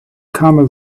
camel